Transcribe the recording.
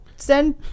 send